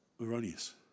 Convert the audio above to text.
erroneous